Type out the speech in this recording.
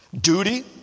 duty